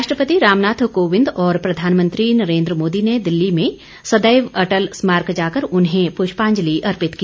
राष्ट्रपति रामनाथ कोविन्द और प्रधानमंत्री नरेन्द्र मोदी ने दिल्ली में सदैव अटल स्मारक जाकर उन्हें पुष्पांजलि अर्पित की